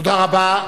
תודה רבה.